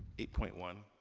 eight point one,